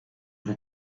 vous